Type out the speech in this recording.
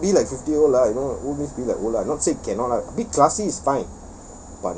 they'll be fifty year old lah you know old means old lah not say cannot lah a bit classy is fine